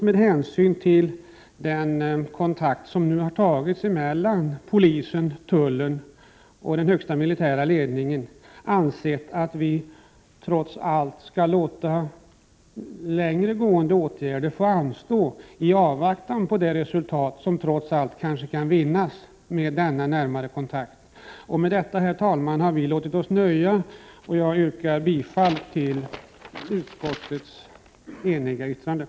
Med hänsyn till den kontakt som nu har tagits mellan polisen, tullen och den högsta militära ledningen har vi ansett att vi trots allt skall låta längre gående åtgärder få anstå i avvaktan på de resultat som kan vinnas med den närmare kontakten mellan dessa parter. Med detta, herr talman, har vi låtit oss nöja. Jag yrkar bifall till utskottets eniga hemställan.